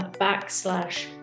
backslash